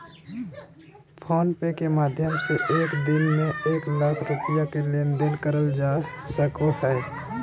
phone पे के माध्यम से एक दिन में एक लाख रुपया के लेन देन करल जा सको हय